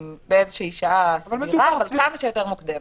בשעה סבירה, אבל כמה שיותר מוקדמת.